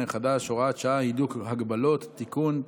החדש (הוראת שעה) (הידוק הגבלות) (תיקון),